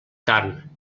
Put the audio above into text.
carn